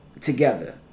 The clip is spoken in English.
together